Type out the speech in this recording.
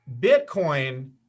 Bitcoin